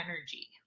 energy